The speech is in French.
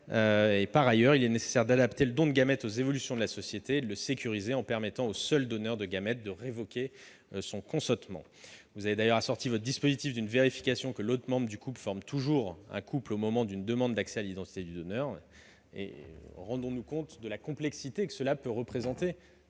Par ailleurs, il est nécessaire d'adapter le don de gamètes aux évolutions de la société et de le sécuriser en permettant au seul donneur de gamètes de révoquer son consentement. Vous avez assorti votre dispositif d'une vérification que l'autre membre du couple est toujours en couple avec le donneur au moment de la demande d'accès à l'identité de ce dernier. Rendez-vous compte de la complexité que cela peut représenter